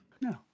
No